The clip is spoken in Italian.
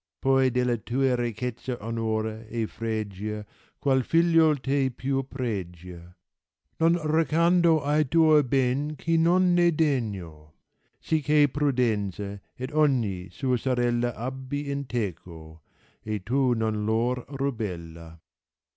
poi delle tue ricchezze onora e fregia qual figliuol te più pregia non recando ai tuo ben chi non n é degno sì che prudenza ed ogni sua sorella abbi in teco e tu non lor rubella